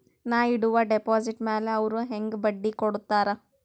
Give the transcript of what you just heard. ನಾ ಇಡುವ ಡೆಪಾಜಿಟ್ ಮ್ಯಾಲ ಅವ್ರು ಹೆಂಗ ಬಡ್ಡಿ ಕೊಡುತ್ತಾರ?